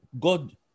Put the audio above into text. God